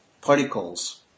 particles